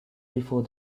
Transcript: before